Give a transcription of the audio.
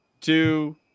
two